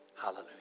Hallelujah